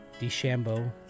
DeChambeau